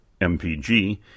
MPG